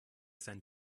seinen